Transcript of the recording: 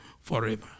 forever